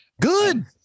good